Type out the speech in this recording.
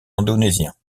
indonésien